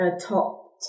top